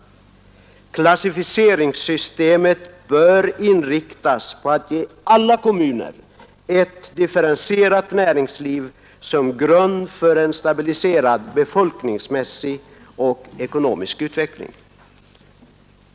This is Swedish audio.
Klassificeringssystemet bör inriktas på att ge alla kommuner ett differentierat näringsliv som grund för en stabiliserad befolkningsmässig och ekonomisk utveckling.